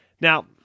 Now